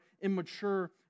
immature